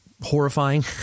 horrifying